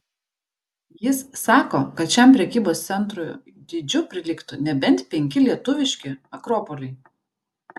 jis sako kad šiam prekybos centrui dydžiu prilygtų nebent penki lietuviški akropoliai